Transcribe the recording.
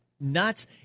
nuts